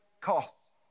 costs